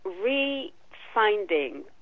re-finding